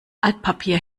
altpapier